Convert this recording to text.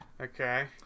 Okay